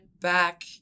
back